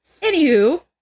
Anywho